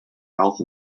health